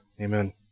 amen